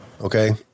okay